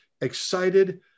excited